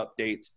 updates